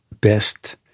best